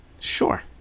Sure